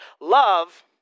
Love